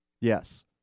Yes